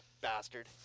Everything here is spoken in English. bastard